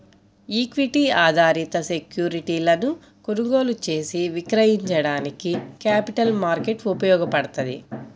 equity ఆధారిత సెక్యూరిటీలను కొనుగోలు చేసి విక్రయించడానికి క్యాపిటల్ మార్కెట్ ఉపయోగపడ్తది